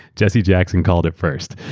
jesse jackson called it first.